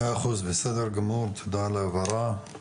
מאה אחוז, בסדר גמור, תודה על ההבהרה.